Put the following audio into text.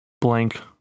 Blank